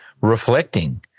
reflecting